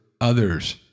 others